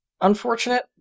Unfortunate